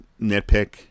nitpick